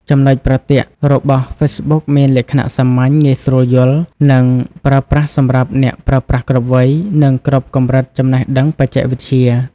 ចំណុចប្រទាក់ របស់ហ្វេសប៊ុកមានលក្ខណៈសាមញ្ញ ងាយស្រួលយល់ និងប្រើប្រាស់សម្រាប់អ្នកប្រើប្រាស់គ្រប់វ័យ និងគ្រប់កម្រិតចំណេះដឹងបច្ចេកវិទ្យា។